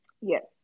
Yes